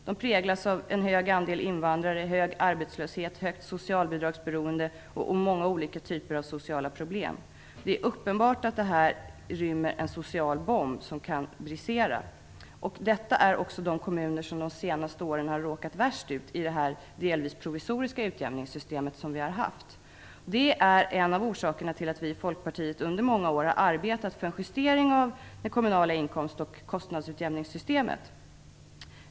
Dessa områden präglas av en hög andel invandrare, hög arbetslöshet, högt socialbidragsberoende och många olika typer av sociala problem. Det är uppenbart att vi här har en social bomb som lätt kan brisera. Detta handlar också om de kommuner som de senaste åren har råkat värst ut i det delvis provisoriska utjämningssystem som vi har haft. Det här är en av orsakerna till att vi i Folkpartiet under många år har arbetat för en justering av det kommunala inkomst och kostnadsutjämningssystemet.